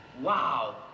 Wow